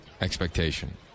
expectation